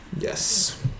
Yes